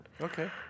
Okay